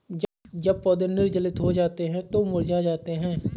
जब पौधे निर्जलित हो जाते हैं तो मुरझा जाते हैं